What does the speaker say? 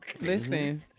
Listen